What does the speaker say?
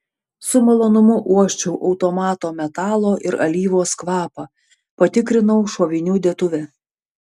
su malonumu uosčiau automato metalo ir alyvos kvapą patikrinau šovinių dėtuvę